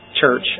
church